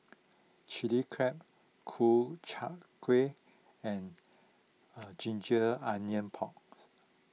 Chili Crab Ku Chai Kueh and Ginger Onions Porks